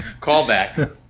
callback